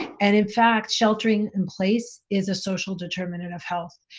and in fact sheltering-in-place is a social determinant of health.